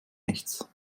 nichts